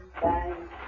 bang